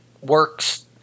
works